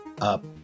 up